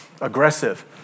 aggressive